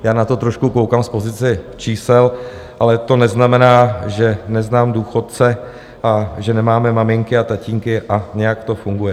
Já na to trošku koukám z pozice čísel, ale to neznamená, že neznám důchodce a že nemáme maminky a tatínky a nějak to funguje.